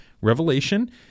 Revelation